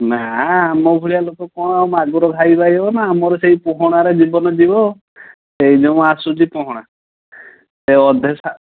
ନା ଆମ ଭଳିଆ ଲୋକ କ'ଣ ଆଉ ମାଗୁର ଖାଇ ପାରିବ ନା ଆମର ସେହି ପୋହଳାରେ ଜୀବନ ଯିବ ସେ ଯେଉଁ ଆସୁଛି ପୋହଳା ଅଧେ